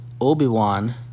Obi-Wan